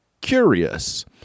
Curious